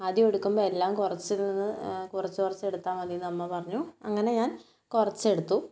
ആദ്യം എടുക്കുമ്പം എല്ലാം കുറച്ചിൽ നിന്ന് കുറച്ച് കുറച്ച് എടുത്താൽ മതിയെന്ന് അമ്മ പറഞ്ഞു അങ്ങനെ ഞാൻ കുറച്ച് എടുത്തു